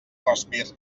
respir